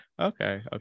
Okay